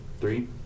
Three